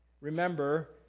remember